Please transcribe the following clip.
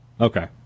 Okay